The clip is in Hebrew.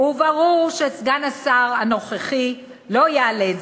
וברור שסגן השר הנוכחי לא יעלה זאת.